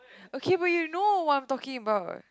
okay but you know what I'm talking about